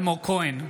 אלמוג כהן,